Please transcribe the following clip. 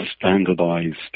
standardized